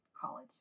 college